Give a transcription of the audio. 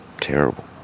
terrible